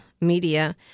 media